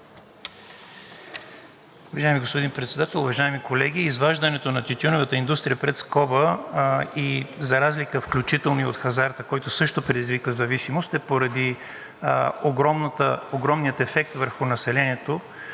Уважаеми господин Председател, уважаеми колеги! Изваждането на тютюневата индустрия пред скоба, за разлика включително и от хазарта, който също предизвиква зависимост, е поради огромния ефект върху населението.